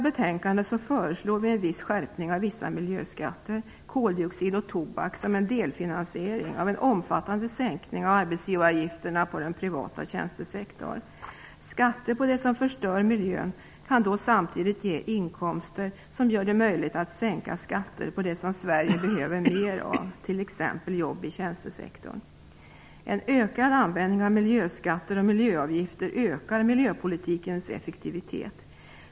Vi föreslår här en viss skärpning av vissa miljöskatter - på koldioxid och tobak - som en delfinansiering av en omfattande sänkning av arbetsgivaravgifterna för den privata tjänstesektorn. Skatter på det som förstör miljön kan då samtidigt ge inkomster som gör det möjligt att sänka skatter på det som Sverige behöver mer av, t.ex. jobb i tjänstesektorn. En ökad användning av miljöskatter och miljöavgifter höjer miljöpolitikens effektivitet.